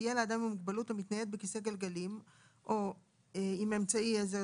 תהיה לאדם עם מוגבלות המתנייד בכיסא גלגלים או אמצעי עזר